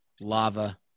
lava